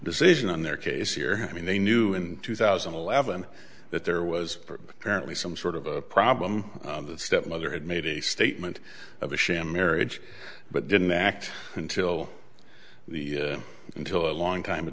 decision on their case here i mean they knew in two thousand and eleven that there was apparently some sort of a problem the stepmother had made a statement of a sham marriage but didn't act until the until a long time